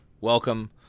welcome